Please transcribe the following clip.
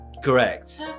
Correct